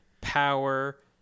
power